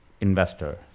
investor